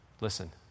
Listen